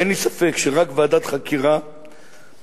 אין לי ספק שרק ועדת חקירה פרלמנטרית,